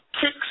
kicks